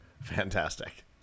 Fantastic